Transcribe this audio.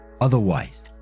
otherwise